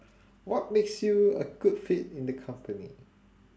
what makes you a good fit in the company